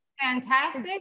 fantastic